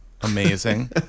Amazing